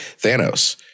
Thanos—